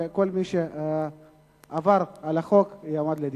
וכל מי שעבר על החוק יועמד לדין.